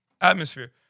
atmosphere